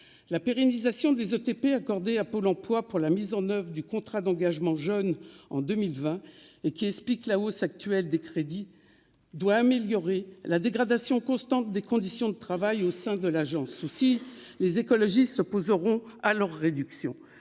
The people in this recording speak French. la pérennisation des ETP accordée à Pôle Emploi pour la mise en oeuvre du contrat d'engagement jeune en 2020 et qui explique la hausse actuelle des crédits doit améliorer la dégradation constante des conditions de travail au sein de l'Agence souci. Les écologistes se poseront à leur réduction